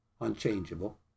unchangeable